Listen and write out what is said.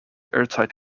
airtight